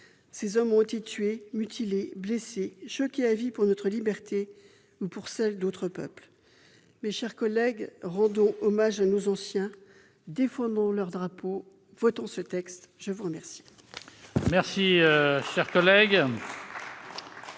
Des hommes ont été tués, mutilés, blessés, choqués à vie en défendant notre liberté ou celle d'autres peuples. Mes chers collègues, rendons hommage à nos anciens ! Défendons leurs drapeaux ! Adoptons ce texte ! La parole